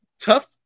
tough